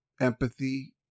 empathy